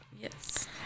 Yes